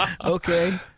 okay